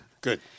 Good